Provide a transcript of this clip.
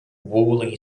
woolly